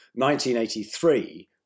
1983